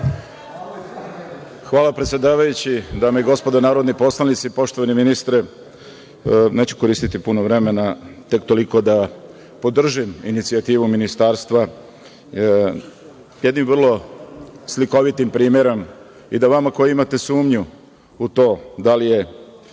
Hvala predsedavajući. Dame i gospodo narodni poslanici, poštovani ministre, neću koristiti puno vremena, tek toliko da podržim inicijativu ministarstva jednim vrlo slikovitim primerom, i da vama koji imate sumnju u to da li je